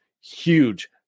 huge